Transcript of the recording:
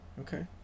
okay